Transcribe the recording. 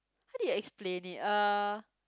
how do you explain it uh